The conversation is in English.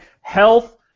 health